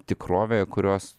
tikrovėje kurios